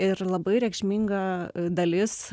ir labai reikšminga dalis